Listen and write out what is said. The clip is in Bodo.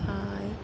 आरो